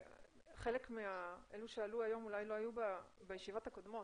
חלק מאלו שעלו היום אולי לא היו בישיבות הקודמות,